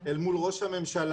אל מול ראש הממשלה,